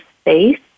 space